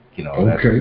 Okay